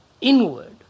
inward